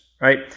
right